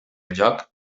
joc